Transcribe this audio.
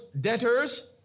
debtors